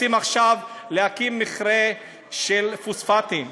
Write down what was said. רוצים עכשיו להקים מכרה של פוספטים.